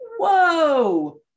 whoa